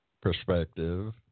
perspective